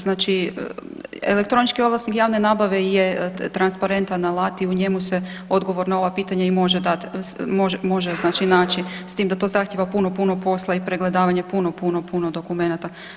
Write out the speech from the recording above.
Znači, elektronički oglasnik javne nabave je transparentan alat i u njemu se odgovor na ova pitanja i može dat, može znači naći, s tim da to zahtijeva puno, puno posla i pregledavanje puno, puno, puno dokumenata.